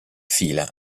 fila